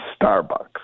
Starbucks